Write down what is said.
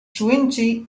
twenty